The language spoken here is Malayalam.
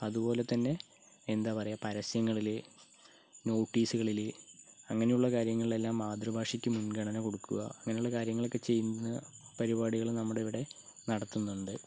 അതുപോലെ തന്നെ എന്താ പറയുക പരസ്യങ്ങളിൽ നോട്ടീസുകളിൽ അങ്ങനെയുള്ള കാര്യങ്ങളിലെല്ലാം മാത്രഭാഷക്ക് മുൻഗണന കൊടുക്കുക അങ്ങനെയുള്ള കാര്യങ്ങളൊക്കെ ചെയ്യുന്ന പരിപാടികൾ നമ്മളിവിടെ നടത്തുന്നുണ്ട്